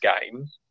games